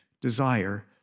desire